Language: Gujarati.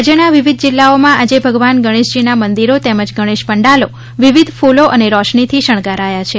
રાજ્યના વિવિધ જિલ્લાઓમાં આજે ભગવાન ગણેશજીના મંદિરો તેમજ ગણેશ પંડાલો વિવિધ ફૂલો રોશનીથી શણગારાયા છે